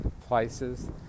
places